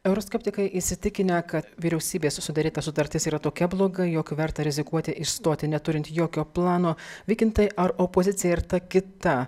euroskeptikai įsitikinę kad vyriausybės susidaryta sutartis yra tokia bloga jog verta rizikuoti išstoti neturint jokio plano vykintai ar opozicija ir ta kita